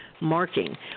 marking